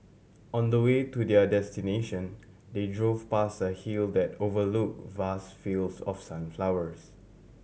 on the way to their destination they drove past a hill that overlook vast fields of sunflowers